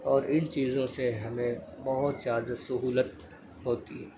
اور ان چیزوں سے ہمیں بہت زیادہ سہولت ہوتی ہے